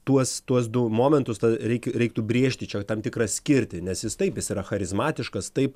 tuos tuos du momentus reik reiktų brėžti čia tam tikrą skirtį nes jis taip jis yra charizmatiškas taip